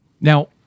Now